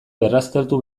berraztertu